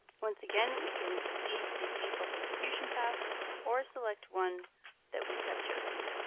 once again, we can leave the default execution path or select one that we have chosen.